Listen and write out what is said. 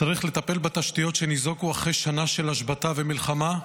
וצריך לטפל בתשתיות שניזוקו אחרי שנה של השבתה ומלחמה,